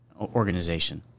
organization